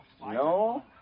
No